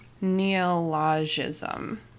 Neologism